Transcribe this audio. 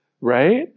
right